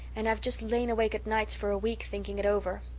and i've just lain awake at nights for a week thinking it over.